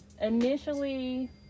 Initially